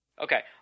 Okay